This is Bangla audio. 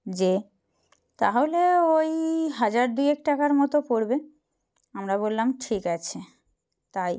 যে তাহলে ওই হাজার দুয়েক টাকার মতো পড়বে আমরা বললাম ঠিক আছে তাই